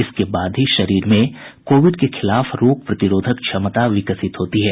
इसके बाद ही शरीर में कोविड के खिलाफ रोग प्रतिरोधक क्षमता विकसित होती है